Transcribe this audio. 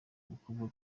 umukobwa